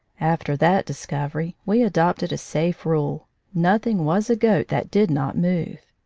after that dis covery, we adopted a safe rule nothing was a goat that did not move.